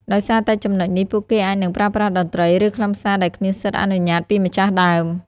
ដោយសារតែចំណុចនេះ ពួកគេអាចនឹងប្រើប្រាស់តន្ត្រី ឬខ្លឹមសារដែលគ្មានសិទ្ធិអនុញ្ញាតពីម្ចាស់ដើម។